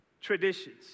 traditions